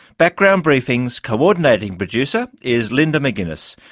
background briefing's coordinating producer is linda mcginness.